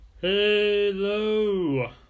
Hello